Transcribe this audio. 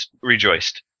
rejoiced